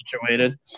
situated